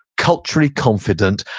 culturally confident,